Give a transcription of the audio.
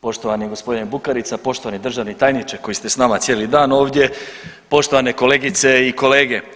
Poštovani g. Bukarica, poštovani državni tajniče koji ste s nama cijeli dan ovdje, poštovane kolegice i kolege.